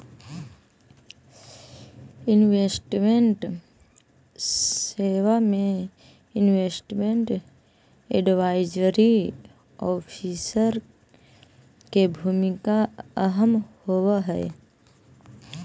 investment सेवा में investment advisory officer के भूमिका अहम होवऽ हई